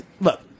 look